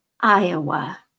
Iowa